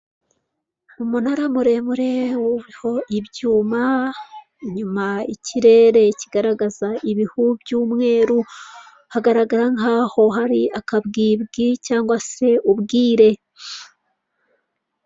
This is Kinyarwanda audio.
Amatara yaka cyane ndetse n'ikiraro kinyuraho imodoka, hasi no hejuru kiri mu mujyi wa Kigali muri nyanza ya kicukiro ndetse yanditseho, icyapa k'icyatsi kiriho amagambo Kigali eyapoti